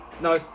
No